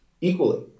equally